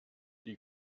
die